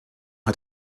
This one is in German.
hat